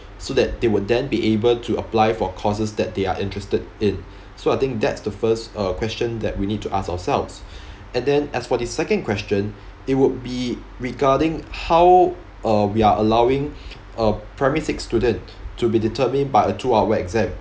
so that they would then be able to apply for courses that they are interested in so I think that's the first uh question that we need to ask ourselves and then as for the second question it would be regarding how uh we are allowing a primary six student to be determined by a two hour exam